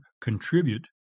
contribute